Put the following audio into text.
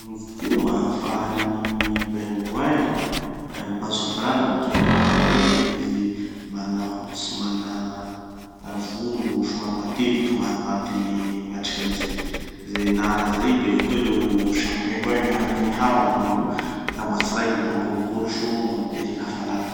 Gny fomba ahafan'ny gny pingouins mitazo hafanana amy toera manara io da izy mana hoditsy, mana volo somary matevy ka mahatanty miatriky anize ze nara zay. De eo koa ereo samy pingouins miaraky miharo manao anio, mitambatsy raiky mitangorongoro sô mitahiry hafanana.